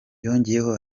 yongeyeho